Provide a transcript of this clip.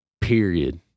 Period